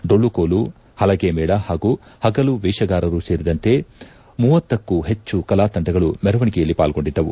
ಡೊಳ್ಳು ಕೋಲು ಪಲಗೆ ಮೇಳ ಹಾಗೂ ಪಗಲು ವೇಷಗಾರರು ಸೇರಿದಂತೆ ಮೂವತ್ತಕ್ಕೂ ಹೆಚ್ಚು ಕಲಾ ತಂಡಗಳು ಮೆರವಣಿಗೆಯಲ್ಲಿ ಪಾಲ್ಗೊಂಡಿದ್ದವು